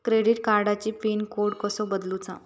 Credit कार्डची pin code कसो बदलुचा?